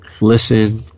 listen